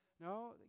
no